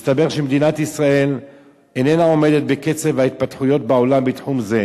מסתבר שמדינת ישראל איננה עומדת בקצב ההתפתחויות בעולם בתחום זה.